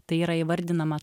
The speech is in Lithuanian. tai yra įvardinama